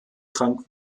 krank